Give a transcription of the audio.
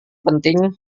penting